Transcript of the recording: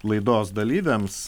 laidos dalyviams